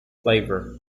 flavor